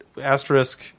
asterisk